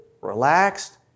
relaxed